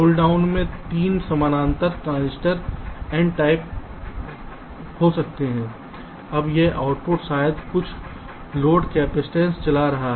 पुल down में 3 समानांतर transistor N type हो सकते हैं अब यह आउटपुट शायद कुछ लोड कैपेसिटेंस चला रहा है